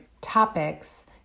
topics